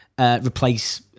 Replace